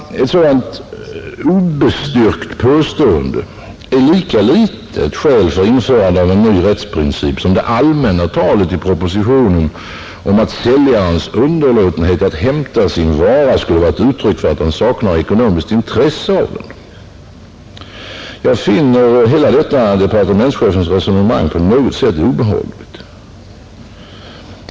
Ett sådant obestyrkt påstående är lika litet ett skäl för införande av en ny rättsprincip som det allmänna talet i propositionen om att säljarens underlåtenhet att hämta sin vara är ett uttryck för att han saknar ekonomiskt intresse därav. Jag finner hela detta departementschefens resonemang på något sätt obehagligt.